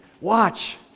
Watch